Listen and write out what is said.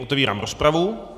Otevírám rozpravu.